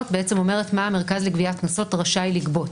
אומרת מה המרכז לגביית קנסות רשאי לגבות.